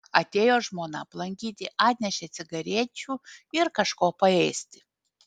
atėjo žmona aplankyti atnešė cigarečių ir kažko paėsti